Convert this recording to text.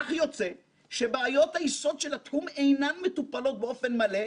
כך יוצא שבעיות היסוד של התחום אינן מטופלות באופן מלא,